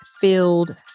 filled